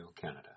Canada